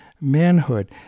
manhood